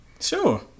Sure